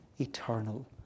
eternal